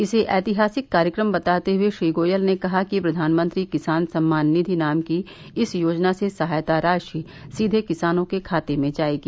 इसे ऐतिहासिक कार्यक्रम बताते हुए श्री गोयल ने कहा कि प्रधानमंत्री किसान सम्मान निधि नाम की इस योजना से सहायता राशि सीधे किसानों के खाते में जाएगी